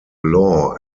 law